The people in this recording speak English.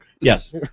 Yes